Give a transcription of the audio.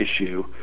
issue